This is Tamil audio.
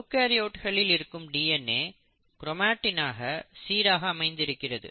யூகரியோட்களில் இருக்கும் டிஎன்ஏ க்ரோமாட்டினாக சீராக அமைந்து இருக்கிறது